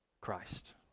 Christ